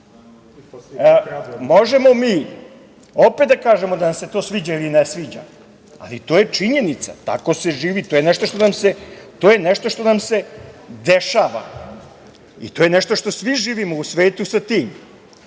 mi opet da kažemo da nam se to sviđa ili ne sviđa, ali to je činjenica, tako se živi, to je nešto što nam se dešava, i to je nešto što svi živimo u svetu.